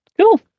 Cool